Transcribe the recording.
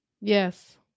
Yes